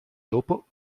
dopo